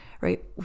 right